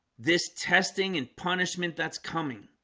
this testing and punishment that's coming